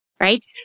right